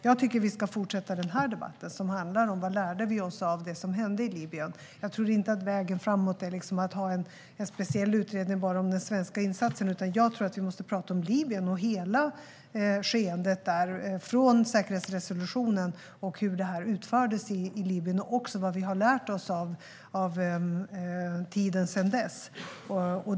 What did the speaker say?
Jag tycker att vi ska fortsätta den här debatten, som handlar om vad vi lärde oss av det som hände i Libyen. Vägen framåt är inte en speciell utredning om bara den svenska insatsen. Jag tror att vi måste prata om Libyen och hela skeendet där, från säkerhetsresolutionen till hur det här utfördes i Libyen och vad vi har lärt oss sedan dess.